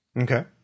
Okay